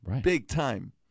big-time